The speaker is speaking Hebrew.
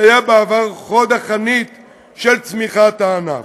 שהיה בעבר חוד החנית של צמיחת הענף,